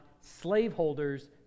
slaveholders